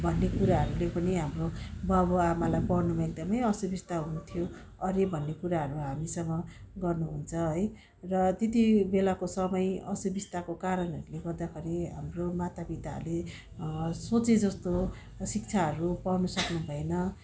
भन्ने कुराहरूले पनि हाम्रो बाबुआमालाई पढ्नुमा एकदमै असुविस्ता हुन्थ्यो अरे भन्ने कुराहरू हामीसँग गर्नुहुन्छ है र त्यति बेलाको समय असुविस्ताको कारणहरूले गर्दाखेरि हाम्रो मातापिताहरूले सोचे जस्तो शिक्षाहरू पाउनु सक्नु भएन